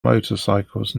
motorcycles